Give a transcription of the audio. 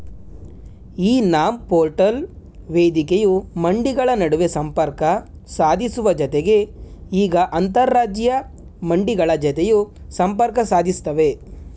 E NAM portal ವೇದಿಕೆಯು ಮಂಡಿಗಳ ನಡುವೆ ಸಂಪರ್ಕ ಸಾಧಿಸುವ ಜತೆಗೆ ಈಗ ಅಂತರರಾಜ್ಯ ಮಂಡಿಗಳ ಜತೆಯೂ ಸಂಪರ್ಕ ಸಾಧಿಸ್ತಿವೆ